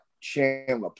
Chandler